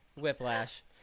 Whiplash